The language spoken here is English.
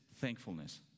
thankfulness